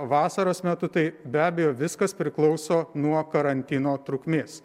vasaros metu tai be abejo viskas priklauso nuo karantino trukmės